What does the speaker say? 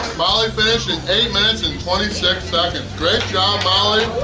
molly finished in eight minutes and twenty six seconds. great job molly,